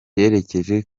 yerekeje